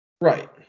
Right